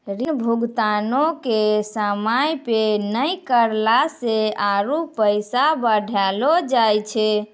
ऋण भुगतानो के समय पे नै करला से आरु पैसा बढ़लो जाय छै